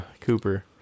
Cooper